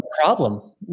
problem